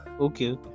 Okay